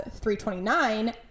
329